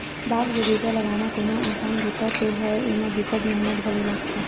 बाग बगिचा लगाना कोनो असान बूता नो हय, एमा बिकट मेहनत घलो लागथे